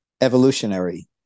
evolutionary